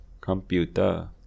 computer